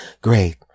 Great